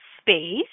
space